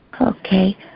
Okay